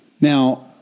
Now